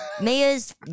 Mia's